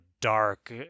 dark